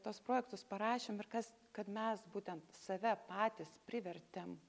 tuos projektus parašėm ir kas kad mes būtent save patys privertėm